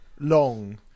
Long